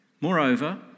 Moreover